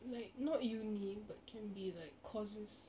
like not uni but can be like courses